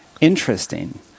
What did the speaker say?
interesting